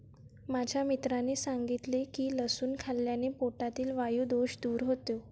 माझ्या मित्राने सांगितले की लसूण खाल्ल्याने पोटातील वायु दोष दूर होतो